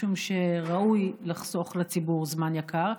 משום שראוי לחסוך לציבור זמן יקר.